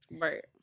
right